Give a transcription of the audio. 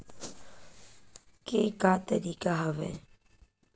के का तरीका हवय?